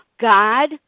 God